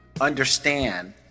understand